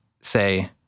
say